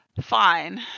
fine